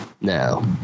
No